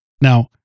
Now